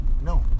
No